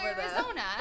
Arizona